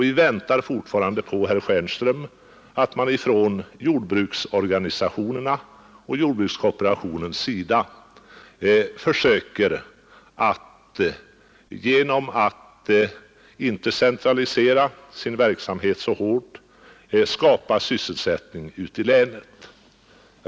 Vi väntar fortfarande, herr Stjernström, på att man från jordbruksorganisationernas och jordbrukskooperationens sida försöker skapa sysselsättning i länet genom att inte så hårt centralisera sin verksamhet.